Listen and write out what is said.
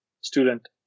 student